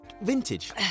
vintage